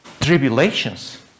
tribulations